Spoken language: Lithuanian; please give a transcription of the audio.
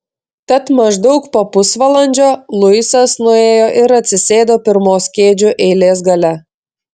tad maždaug po pusvalandžio luisas nuėjo ir atsisėdo pirmos kėdžių eilės gale